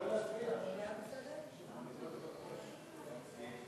ההצעה להעביר את הצעת חוק לתיקון פקודת מס הכנסה (מס' 218),